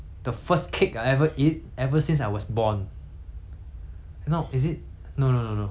no is it no no no no I stopped eating cake when I was eleven